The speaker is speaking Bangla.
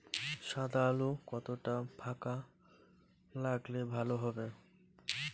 সাদা আলু কতটা ফাকা লাগলে ভালো হবে?